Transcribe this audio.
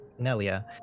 Nelia